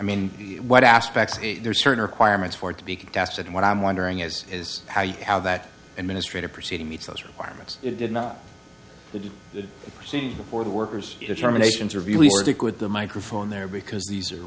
mean what aspects there are certain requirements for it to be cast and what i'm wondering is is how you how that administrative proceeding meets those requirements it did not the procedure for the workers determinations are really stick with the microphone there because these are